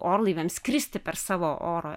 orlaiviams skristi per savo oro